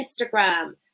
Instagram